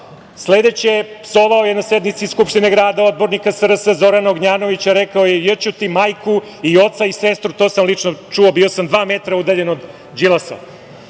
posla. Sledeće, psovao je na sednici Skupštine grada, odbornika SRS Zorana Ognjanovića, rekao je - j… ću ti majku i oca i sestru, to sam lično čuo, bio sam dva metra udaljen od Đilasa.U